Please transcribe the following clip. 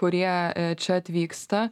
kurie čia atvyksta